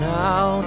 now